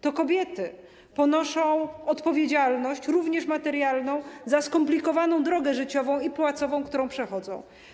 To kobiety ponoszą odpowiedzialność, również materialną, za skomplikowaną drogę życiową i płacową, którą przechodzą.